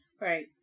Right